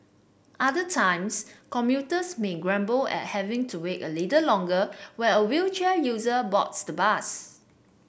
other times commuters may grumble at having to wait a little longer while a wheelchair user boards the bus